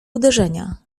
uderzenia